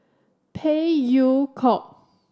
Phey Yew Kok